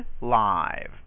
live